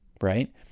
right